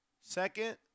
Second